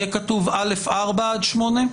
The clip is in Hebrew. יהיה כתוב "(א)(4) עד (8)"